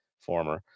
former